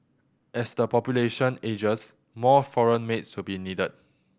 as the population ages more foreign maids will be needed